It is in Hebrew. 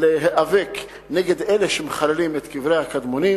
נגד אלה שמחללים את קברי הקדמונים,